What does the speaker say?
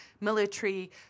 military